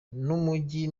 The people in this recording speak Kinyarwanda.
y’umujyi